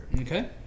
Okay